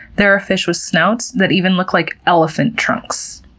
there are fish with snouts that even look like elephant trunks.